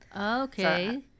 Okay